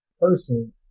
person